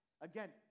Again